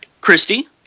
Christy